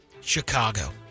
Chicago